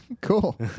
Cool